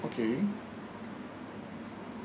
okay